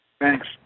Thanks